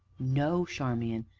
no, charmian,